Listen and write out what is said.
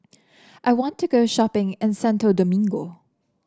I want to go shopping in Santo Domingo